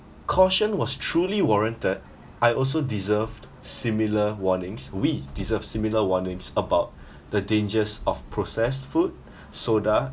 caution was truly warranted I also deserved similar warnings we deserve similar warnings about the dangers of processed food soda